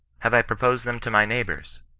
have i proposed them to my neighbours?